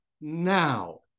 now